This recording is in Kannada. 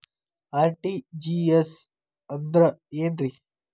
ಆರ್.ಟಿ.ಜಿ.ಎಸ್ ಅಂದ್ರ ಏನ್ರಿ?